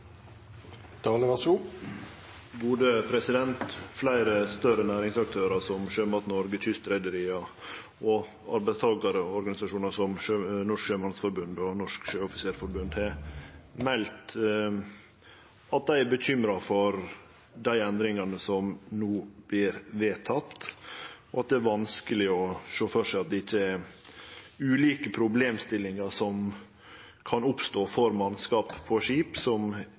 og arbeidstakarorganisasjonar som Norsk Sjømannsforbund og Norsk Sjøoffisersforbund, har meldt at dei er bekymra for dei endringane som no vert vedtekne, og at det er vanskeleg å sjå føre seg at det ikkje er ulike problemstillingar som kan oppstå for mannskap på skip som